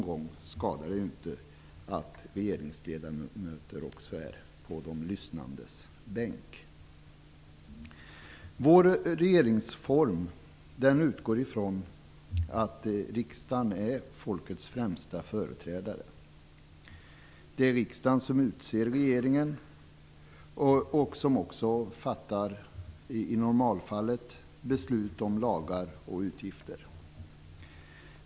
Det skadar inte att också regeringsledamöter någon gång finns på de lyssnandes bänk. Vår regeringsform utgår från att riksdagen är folkets främsta företrädare. Det är riksdagen som utser regeringen och som i normalfallet fattar beslut om lagar och utgifter.